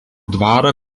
dvarą